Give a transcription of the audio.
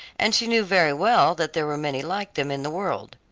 and she knew very well that there were many like them in the world.